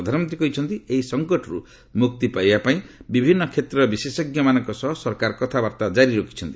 ପ୍ରଧାନମନ୍ତ୍ରୀ କହିଛନ୍ତି ଏହି ସଙ୍କଟରୁ ମୁକ୍ତି ପାଇବା ପାଇଁ ବିଭିନ୍ନ କ୍ଷେତ୍ରର ବିଶେଷଜ୍ଞମାନଙ୍କ ସହ ସରକାର କଥାବାର୍ତ୍ତା ଜାରି ରଖିଛନ୍ତି